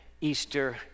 Easter